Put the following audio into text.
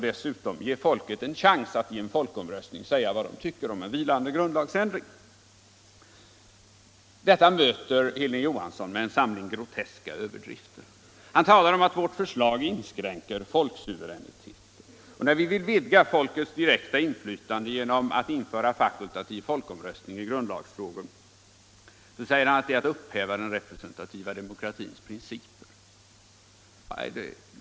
Dessutom vill vi ge människorna en chans att i en folkomröstning säga vad de tycker om en vilande grundlagsändring. Detta bemöter Hilding Johansson med en samling groteska överdrifter. Han talar om att vårt förslag inskränker folksuveräniteten. När vi vill vidga folkets direkta inflytande genom att införa fakultativ folkomröstning i grundlagsfrågor, säger han att det är att upphäva den representativa demokratins principer.